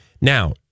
Now